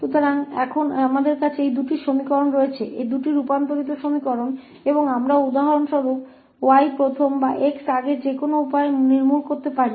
तो अब हमारे पास ये दो समीकरण हैं ये दो रूपांतरित समीकरण हैं और हम उदाहरण के लिए पहले 𝑌 या 𝑋 पहले किसी भी तरीके से समाप्त कर सकते हैं